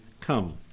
come